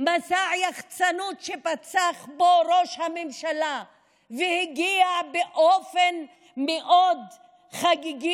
מסע היחצנות שפצח בו ראש הממשלה הגיע באופן חגיגי